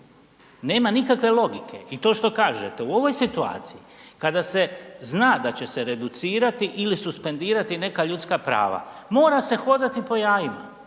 Nema nikakve logike i to što kažete u ovoj situaciji kada se zna da će se reducirati ili suspendirati neka ljudska prava, mora se hodati po jajima,